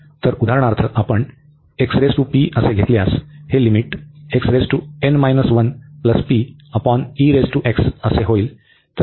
तर उदाहरणार्थ आपण घेतल्यास तर हे लिमिट होईल